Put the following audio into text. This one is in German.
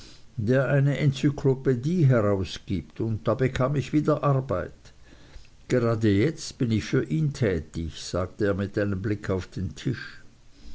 der eine enzyklopädie herausgibt und da bekam ich wieder arbeit gerade jetzt bin ich für ihn tätig sagte er mit einem blick auf den tisch